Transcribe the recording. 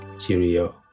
cheerio